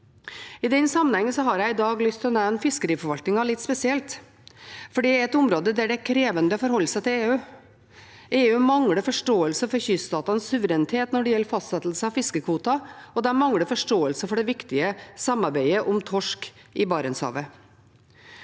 I den sammenhen gen har jeg i dag lyst til å nevne fiskeriforvaltningen litt spesielt, for det er et område der det er krevende å forholde seg til EU. EU mangler forståelse for kyststatenes suverenitet når det gjelder fastsettelse av fiskekvoter, og de mangler forståelse for det viktige samarbeidet om torsk i Barentshavet.